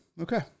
okay